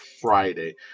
friday